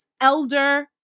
elder